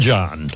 John